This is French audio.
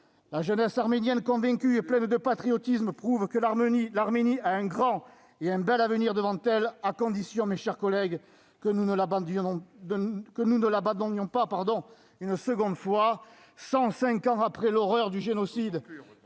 La jeunesse arménienne, pleine de convictions et de patriotisme, prouve que l'Arménie a un grand et bel avenir devant elle, à condition, mes chers collègues, que nous ne l'abandonnions pas une seconde fois, cent cinq ans après l'horreur du génocide.